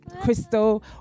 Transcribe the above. Crystal